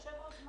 יושב-ראש זמני.